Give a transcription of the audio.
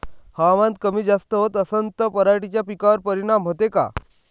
हवामान कमी जास्त होत असन त पराटीच्या पिकावर परिनाम होते का?